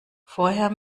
vorher